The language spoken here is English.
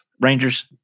Rangers